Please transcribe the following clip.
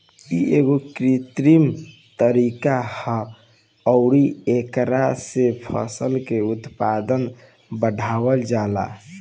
इ एगो कृत्रिम तरीका ह अउरी एकरा से फसल के उत्पादन बढ़ावल जाला